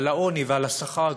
על העוני ועל השכר הקפוא,